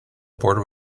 border